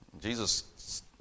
Jesus